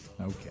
Okay